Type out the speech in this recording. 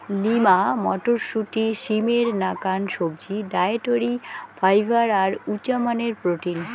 lima মটরশুঁটি, সিমের নাকান সবজি, ডায়েটরি ফাইবার আর উচামানের প্রোটিন